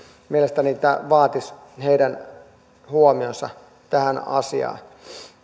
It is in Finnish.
mielestäni tämä vaatisi heidän huomionsa tähän asiaan